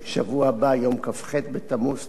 יום כ"ח בתמוז תשע"ב,